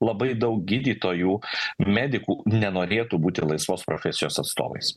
labai daug gydytojų medikų nenorėtų būti laisvos profesijos atstovais